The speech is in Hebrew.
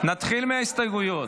נתחיל מההסתייגויות.